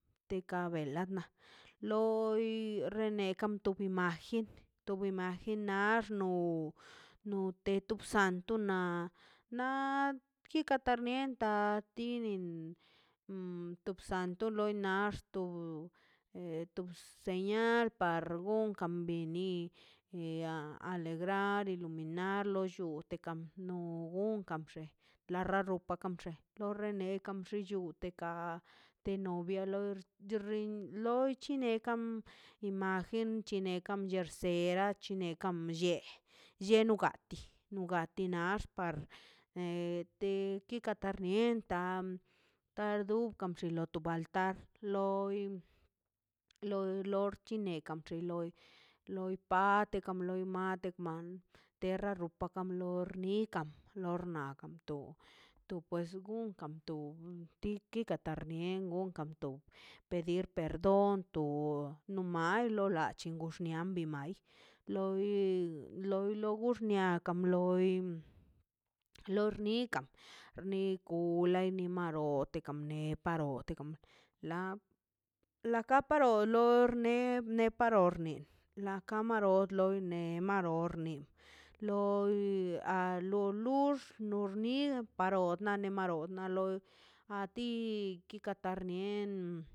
Te ka benlana lo loi rene kan tub tu imagen to imagen nax no no te to santo na na kikar ta mientab na tibin to bsanto lo nax to bseñal par gokan bini a alegrar iluminarlo llute kan no gon kan bxe la la roka kam bxe ekam bxu llute ka te novia la lar txin chine kan imagen che nekan be bxse kam blle lleno gati nugati naxt par bete tigat tarmienta ta dukan bxi lot tub altar loi lor lor chine kan bxi loi loi patekan loi mate man terra nan tep ka loi rnikan lor nakan bto to pues gonka bdo te tikan te karnie gonkan bton pedir perdón bto no mal lo lachi non xia ni de mai loi loi gux nia kam loi lor nikan ni gu lai nimarote ne parote la la ka paro torne ner paror ne la kamaro rne ne marol rne loi a lo lux lorni paro nene maro na loi a ti te karnien.